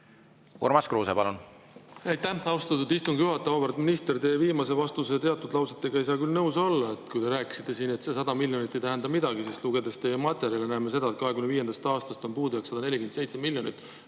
Urmas Kruuse, palun! Aitäh, austatud istungi juhataja! Auväärt minister! Teie viimase vastuse teatud lausetega ei saa küll nõus olla. Kui te rääkisite siin, et see 100 miljonit ei tähenda midagi, siis lugedes teie materjali, me näeme, et 2025. aastast on puudujääk 147 miljonit.